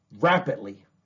rapidly